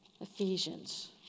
Ephesians